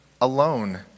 alone